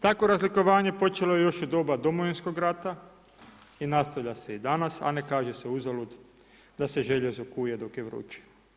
Tako razlikovanje počelo je još u doba Domovinskog rata i nastavlja se i danas a ne kaže se uzalud da se željezo kuje dok je vruće.